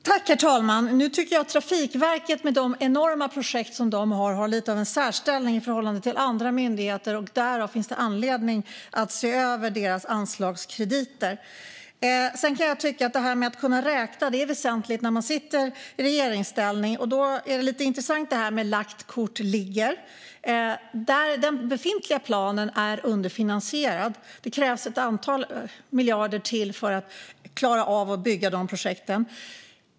Herr talman! Nu tycker jag att Trafikverket med sina enorma projekt har lite av en särställning i förhållande till andra myndigheter. Därför finns det anledning att se över deras anslagskrediter. Sedan kan jag tycka att detta med att kunna räkna är väsentligt när man sitter i regeringsställning. Då är detta med "lagt kort ligger" lite intressant. Den befintliga planen är underfinansierad. Det krävs ett antal miljarder till för att klara av att bygga dessa projekt.